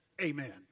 Amen